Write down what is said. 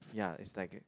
ya is like